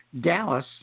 Dallas